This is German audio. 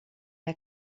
der